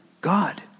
God